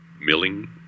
milling